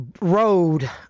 road